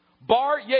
Bar